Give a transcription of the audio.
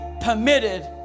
permitted